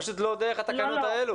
פשוט לא דרך התקנות האלה.